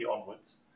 onwards